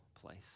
place